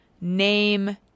name